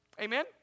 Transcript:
Amen